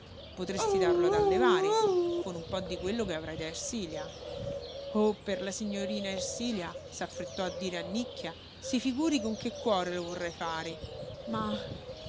potresti darlo ad allevare con un po di quello che avrai da ersilia oh per la signorina ersilia s'affrettò a dire annicchia si figuri con che cuore lo vorrei fare ma